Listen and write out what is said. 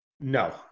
No